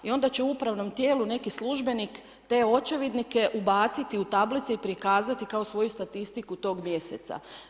I onda će u upravnom tijelu neki službenik te očevidnike ubaciti u tablice i prikazati kao svoju statistiku tog mjeseca.